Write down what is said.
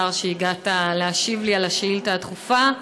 השר, שהגעת להשיב לי על השאילתה הדחופה,